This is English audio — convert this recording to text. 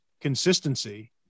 consistency